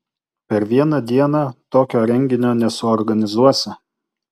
per vieną dieną tokio renginio nesuorganizuosi